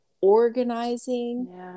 organizing